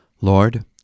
lord